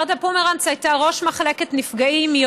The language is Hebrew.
ורדה פומרנץ הייתה ראש מחלקת נפגעים.